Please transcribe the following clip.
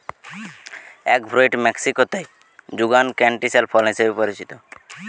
egg fruit মেক্সিকোতে যুগান canistel ফল হিসেবে পরিচিত